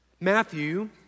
Matthew